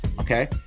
okay